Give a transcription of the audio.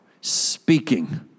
speaking